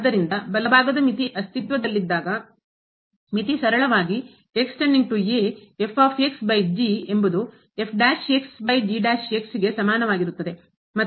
ಆದ್ದರಿಂದ ಬಲಭಾಗದ ಮಿತಿ ಅಸ್ತಿತ್ವದಲ್ಲಿದ್ದಾಗ ಮಿತಿ ಸರಳವಾಗಿ ಎಂಬುದು ಗೆ ಸಮಾನವಾಗಿರುತ್ತದೆ